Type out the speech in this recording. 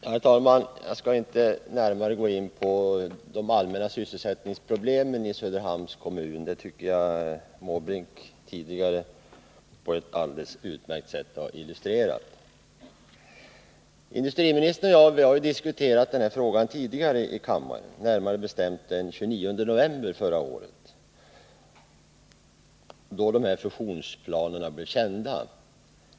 Herr talman! Jag skall inte närmare gå in på de allmänna sysselsättningsproblemen i Söderhamns kommun. Det tycker jag Bertil Måbrink tidigare på ett alldeles utmärkt sätt har illustrerat. Industriministern och jag har tidigare diskuterat frågan här i kammaren, närmare bestämt den 29 november förra året, då de här fusionsplanerna blev kända.